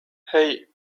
hey